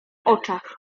oczach